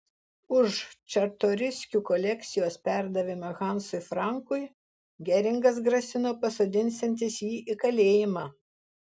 už čartoriskių kolekcijos perdavimą hansui frankui geringas grasino pasodinsiantis jį į kalėjimą